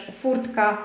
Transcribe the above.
furtka